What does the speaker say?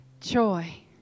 joy